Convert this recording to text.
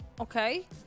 Okay